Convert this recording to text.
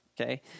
Okay